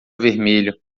vermelho